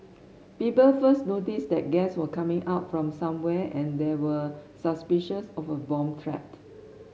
people first noticed that gas was coming out from somewhere and there were suspicions of a bomb threat